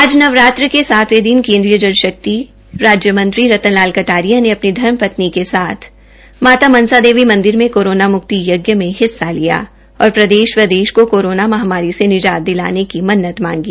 आज नवरात्र सातवे दिन केन्द्रीय जल शक्ति मंत्री रतन लाल कटारिया ने अपनी धर्मपत्नी के साथ माता मनसा देवी मंदिर में कोरोना मुक्ति यज्ञ में भाग लिया और प्रदेश व देश के कोरोना महामारी से निजात दिलाने की मन्नत मांगी